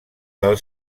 del